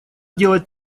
делать